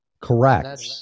Correct